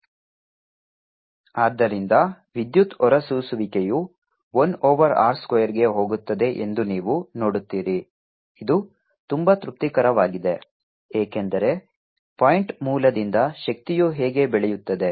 Etqa sin θ420c2r BtEtcqa sin θ420c3r S0E2c10EBq2a21620c3sin2r2 ಆದ್ದರಿಂದ ವಿದ್ಯುತ್ ಹೊರಸೂಸುವಿಕೆಯು 1 ಓವರ್ r ಸ್ಕ್ವೇರ್ಗೆ ಹೋಗುತ್ತದೆ ಎಂದು ನೀವು ನೋಡುತ್ತೀರಿ ಇದು ತುಂಬಾ ತೃಪ್ತಿಕರವಾಗಿದೆ ಏಕೆಂದರೆ ಪಾಯಿಂಟ್ ಮೂಲದಿಂದ ಶಕ್ತಿಯು ಹೇಗೆ ಬೆಳೆಯುತ್ತದೆ